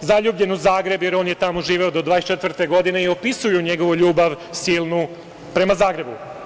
zaljubljen u Zagreb, jer on je tamo živeo do 24 godine i opisuju njegovu ljubav silnu prema Zagrebu.